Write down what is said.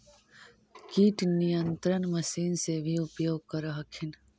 किट नियन्त्रण मशिन से भी उपयोग कर हखिन?